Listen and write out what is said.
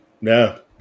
No